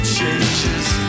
Changes